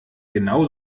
genau